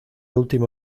último